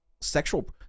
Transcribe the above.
Sexual